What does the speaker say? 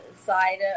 side